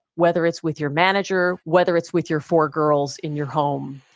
whether it's with your manager, whether it's with your four girls in your home.